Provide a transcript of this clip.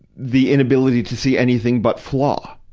the inability to see anything but flaw.